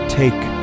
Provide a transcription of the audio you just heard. take